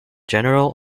general